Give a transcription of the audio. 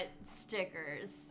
stickers